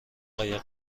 قایق